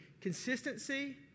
Consistency